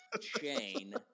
chain